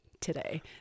today